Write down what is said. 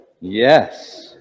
Yes